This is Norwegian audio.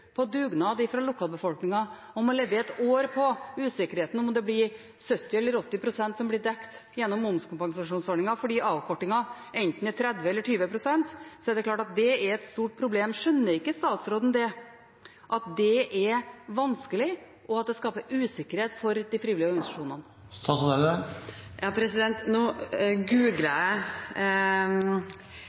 på dugnad fra lokalbefolkningen og må leve i et år med usikkerheten om det blir 70 pst. eller 80 pst. som blir dekt gjennom momskompensasjonsordningen, fordi den prosentvise avkortingen enten er 30 pst. eller 20 pst., så er det klart at det er et stort problem. Skjønner ikke statsråden det – at det er vanskelig, og at det skaper usikkerhet for de frivillige organisasjonene? Nå googlet jeg